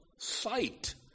sight